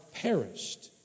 perished